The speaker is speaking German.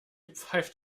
pfeift